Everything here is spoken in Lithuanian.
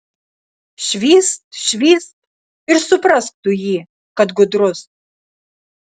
švyst švyst ir suprask tu jį kad gudrus